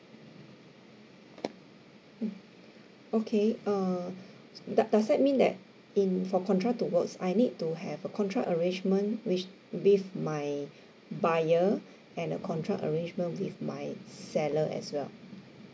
mm okay err s~ does does that mean that in for contra to work I need to have a contra arrangement which with my buyer and a contra arrangement with my seller as well